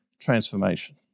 transformation